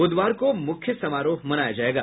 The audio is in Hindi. बुधवार को मुख्य समारोह मनाया जायेगा